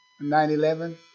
9-11